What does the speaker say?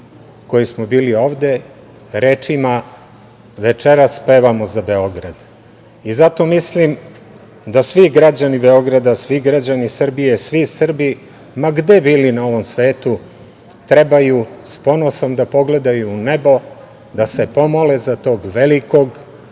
koji smo bili ovde, rečima – večeras pevamo za Beograd. Zato mislim da svi građani Beograda, svi građani Srbije, svi Srbi, ma gde bili na ovom svetu, trebaju s ponosom da pogledaju u nebo, da se pomole za tog velikog